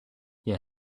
you